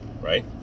right